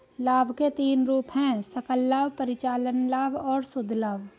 लाभ के तीन रूप हैं सकल लाभ, परिचालन लाभ और शुद्ध लाभ